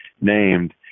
named